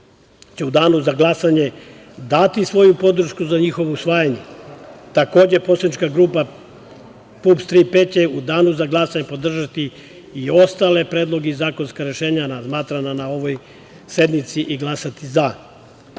će u danu za glasanje dati svoju podršku za njihovo usvajanje. Takođe, poslanička grupa PUPS - „Tri P“ će u danu za glasanje podržati i ostale predloge i zakonska rešenja razmatrana na ovoj sednici i glasati